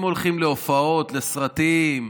הם הולכים להופעות, לסרטים,